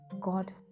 God